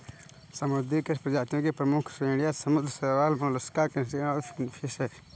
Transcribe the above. समुद्री कृषि प्रजातियों की प्रमुख श्रेणियां समुद्री शैवाल, मोलस्क, क्रस्टेशियंस और फिनफिश हैं